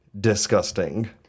disgusting